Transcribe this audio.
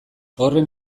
horren